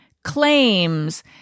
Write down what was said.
claims